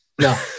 no